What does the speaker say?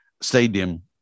stadium